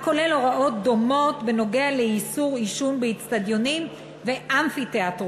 הכולל הוראות דומות בנוגע לאיסור עישון באיצטדיונים ואמפיתיאטרונים.